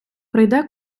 прийде